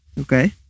Okay